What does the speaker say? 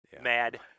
Mad